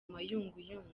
mayunguyungu